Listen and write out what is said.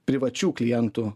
privačių klientų